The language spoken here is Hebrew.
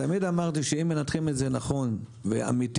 תמיד אמרתי שאם מנתחים את זה נכון ואמיתי,